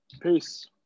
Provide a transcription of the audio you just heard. Peace